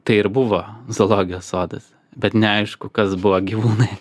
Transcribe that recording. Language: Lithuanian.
tai ir buvo zoologijos sodas bet neaišku kas buvo gyvūnai